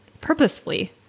purposefully